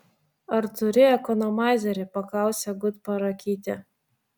ar turi ekonomaizerį paklausė gutparakytė